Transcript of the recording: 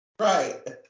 Right